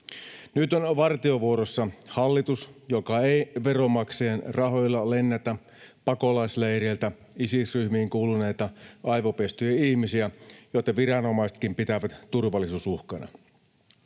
Nyt on vartiovuorossa hallitus, joka ei veronmaksajien rahoilla lennätä pakolaisleireiltä Isis-ryhmiin kuuluneita aivopestyjä ihmisiä, joita viranomaisetkin pitävät turvallisuusuhkana.